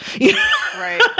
right